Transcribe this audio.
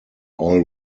all